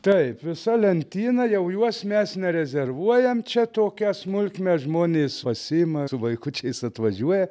taip visa lentyna jau juos mes nerezervuojam čia tokią smulkmę žmonės pasiima su vaikučiais atvažiuoja